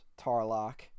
Tarlock